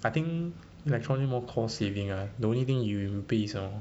I think electronic more cost savings ah the only thing you pay is your